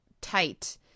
tight